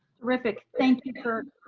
terrific. thank you kirk.